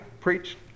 preach